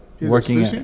working